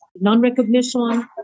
non-recognition